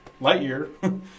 Lightyear